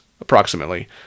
approximately